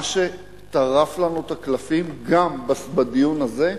מה שטרף לנו את הקלפים, גם בדיון הזה,